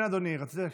כן, אדוני, רצית?